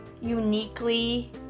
uniquely